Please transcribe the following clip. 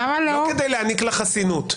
לא כדי להעניק לה חסינות.